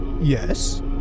Yes